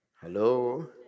Hello